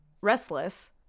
restless